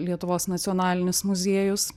lietuvos nacionalinis muziejus